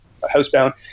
housebound